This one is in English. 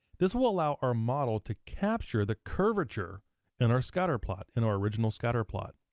this will allow our model to capture the curvature in our scatterplot, in our original scatterplot.